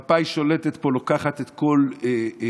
מפא"י שולטת פה, לוקחת את כל באי